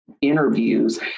interviews